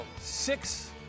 six